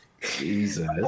Jesus